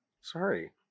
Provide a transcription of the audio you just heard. Sorry